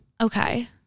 okay